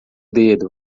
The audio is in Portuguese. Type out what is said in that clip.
dedo